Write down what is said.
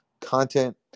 content